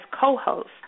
co-host